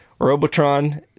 Robotron